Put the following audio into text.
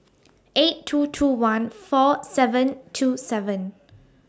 eight two two one four seven two seven